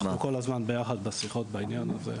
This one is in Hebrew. אנחנו כל הזמן ביחד בשיחות בעניין הזה.